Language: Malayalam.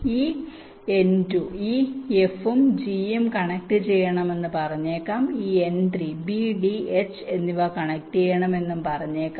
ഈ N2 ഈ f ഉം g ഉം കണക്ട് ചെയ്യണമെന്ന് പറഞ്ഞേക്കാം ഈ N3 b d h എന്നിവ കണക്റ്റുചെയ്യണം എന്നും പറഞ്ഞേക്കാം